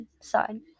sign